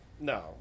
No